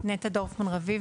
נטע דורפמן-רביב,